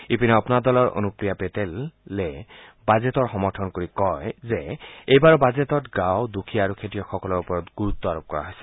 ইপিনে অপনা দলৰ অনুপ্ৰিয়া পেটেল বাজেটৰ সমৰ্থন কৰি কয় যে এইবাৰৰ বাজেটত গাঁও দুখীয়া আৰু খেতিয়কসকলৰ ওপৰত গুৰুত্ব আৰোপ কৰা হৈছে